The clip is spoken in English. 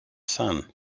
sun